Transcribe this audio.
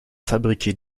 fabriquer